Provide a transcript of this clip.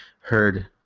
heard